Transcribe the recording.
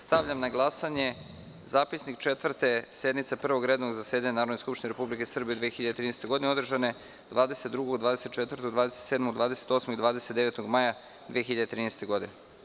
Stavljam na glasanje Zapisnik Četvrte sednice Prvog redovnog zasedanja Narodne skupštine Republike Srbije u 2013. godini, održane 22, 24, 27, 28. i 29. maja 2013. godine.